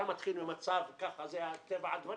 אם